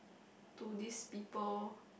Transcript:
to these people